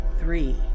three